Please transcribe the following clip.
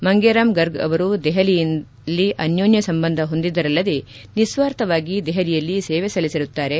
ಮಂಗೇ ರಾಮ್ ಗರ್ಗ್ ಅವರು ದೆಹಲಿಯಿಂದ ಅನ್ಯೋನ್ಯ ಸಂಬಂಧ ಹೊಂದಿದ್ದರಲ್ಲದೇ ನಿಸ್ವಾರ್ಥವಾಗಿ ದೆಹಲಿಯಲ್ಲಿ ಸೇವೆ ಸಲ್ಲಿಸಿರುತ್ತಾರೆ